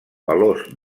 valors